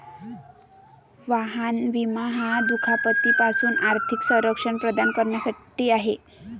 वाहन विमा हा दुखापती पासून आर्थिक संरक्षण प्रदान करण्यासाठी आहे